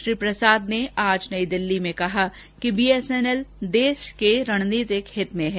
श्री प्रसाद ने आज नई दिल्ली में कहा कि बीएसएनएल देश के रणनीतिक हित में है